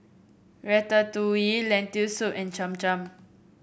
Ratatouille Lentil Soup and Cham Cham